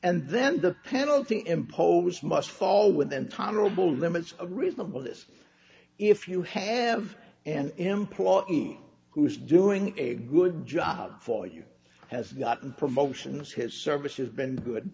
and then the penalty imposed must fall within tolerable limits a reasonable this if you have an employer who is doing a good job for you has gotten promotions his service has been good